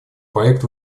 проект